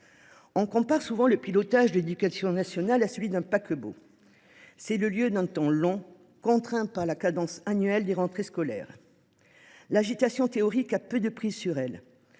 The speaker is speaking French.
On compare souvent le pilotage de l’éducation nationale à celui d’un paquebot. Ce pilotage est celui du temps long, mais il est contraint par la cadence annuelle des rentrées scolaires. L’agitation théorique a peu de prise sur elle